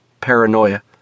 Paranoia